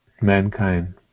mankind